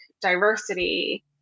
diversity